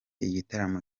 igitaramo